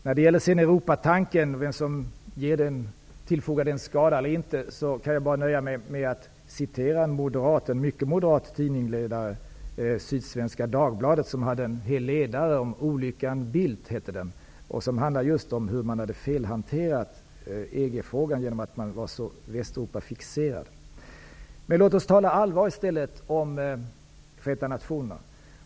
När det gäller frågan om vem som tillfogar Europatanken skada eller inte kan jag nöja mig med att hänvisa till en tidningsledare i Sydsvenska Dagbladet, en mycket moderat tidningsledare, som hade en hel ledare med rubriken Olyckan Bildt, som handlade om hur man hade felhanterat EG frågan genom att man var så västeuropafixerad. Men låt oss istället tala allvar om Förenta nationerna.